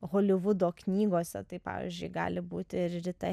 holivudo knygose tai pavyzdžiui gali būti ir rita